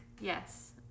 yes